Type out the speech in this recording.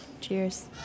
Cheers